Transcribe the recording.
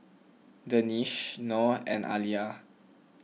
Danish Noh and Alya